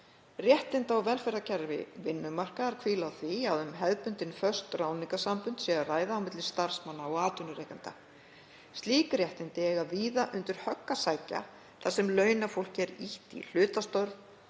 Réttinda- og velferðarkerfi vinnumarkaðar hvílir á því að um hefðbundin föst ráðningarsambönd sé að ræða á milli starfsmanna og atvinnurekanda. Slík réttindi eiga víða undir högg að sækja þar sem launafólki er ýtt í hlutastörf,